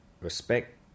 Respect